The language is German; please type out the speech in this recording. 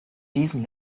diesen